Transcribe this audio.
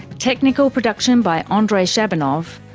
technical production by andrei shabunov,